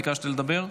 ביקשת לדבר?